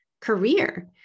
career